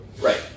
Right